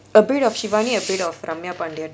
a bit of shivani a bit of ramya pandian